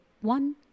one